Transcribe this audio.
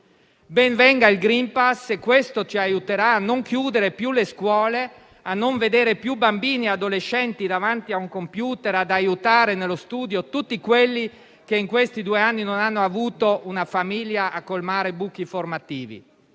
Ben venga il *green pass* se questo ci aiuterà a non chiudere più le scuole, a non vedere più bambini e adolescenti davanti a un computer, ad aiutare nello studio tutti quelli che in questi due anni non hanno avuto una famiglia a colmare i buchi formativi.